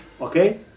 okay